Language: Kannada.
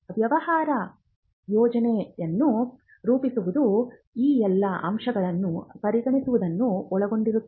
ವ್ಯವಹಾರ ಯೋಜನೆಯನ್ನು ರೂಪಿಸುವುದು ಈ ಎಲ್ಲ ಅಂಶಗಳನ್ನು ಪರಿಗಣಿಸುವುದನ್ನು ಒಳಗೊಂಡಿರುತ್ತದೆ